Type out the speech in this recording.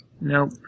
Nope